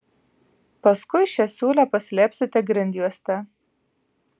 paskui šią siūlę paslėpsite grindjuoste